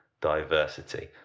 diversity